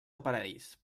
aparells